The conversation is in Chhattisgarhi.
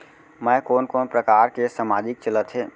मैं कोन कोन प्रकार के सामाजिक चलत हे?